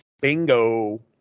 Bingo